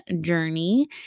journey